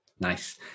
Nice